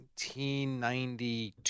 1992